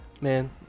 Man